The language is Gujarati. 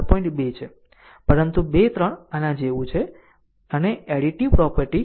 2 છે પરંતુ 2 3 આના જેવું છે છે અને એડીટીવ પ્રોપર્ટી છે